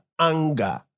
Anger